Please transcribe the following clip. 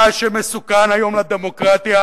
מה שמסוכן היום לדמוקרטיה,